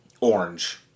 orange